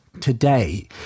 today